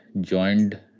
joined